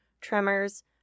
tremors